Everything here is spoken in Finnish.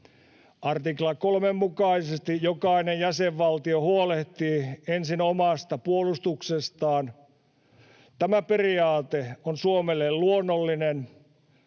Artikla 3:n mukaisesti jokainen jäsenvaltio huolehtii ensin omasta puolustuksestaan. Tämä periaate on Suomelle luonnollinen.